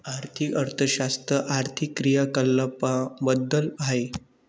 आर्थिक अर्थशास्त्र आर्थिक क्रियाकलापांबद्दल आहे